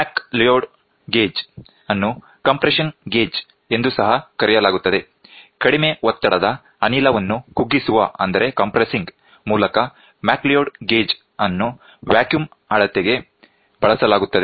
ಮ್ಯಾಕ್ ಲಿಯೋಡ್ gauge ಅನ್ನು compression gauge ಎಂದು ಸಹ ಕರೆಯಲಾಗುತ್ತದೆ ಕಡಿಮೆ ಒತ್ತಡದ ಅನಿಲವನ್ನು ಕುಗ್ಗಿಸುವ ಮೂಲಕ ಮ್ಯಾಕ್ ಲಿಯೋಡ್ ಗೇಜ್ ಅನ್ನು ವ್ಯಾಕ್ಯೂಮ್ ಅಳತೆಗೆ ಬಳಸಲಾಗುತ್ತದೆ